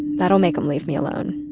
that'll make him leave me alone.